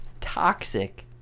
Toxic